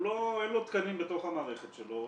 אין לו תקנים בתוך המערכת שלו,